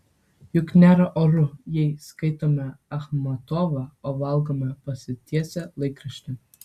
juk nėra oru jei skaitome achmatovą o valgome pasitiesę laikraštį